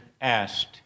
asked